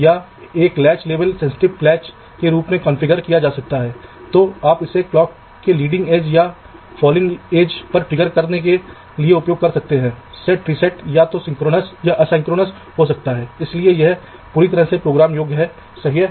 इसलिए आपको मिलने वाली रूटिंग प्लानर है इस अर्थ में कि आप इसे एक ही लेयर पर कर सकते हैं और कभी कभी पथ प्राप्त करने के लिए आप या तो ली या लाइन सर्च किस्म के एल्गोरिदम का उपयोग कर सकते हैं या उन दोनों अल्गोरिथम के संयोजन का उपयोग भी कर सकते हैं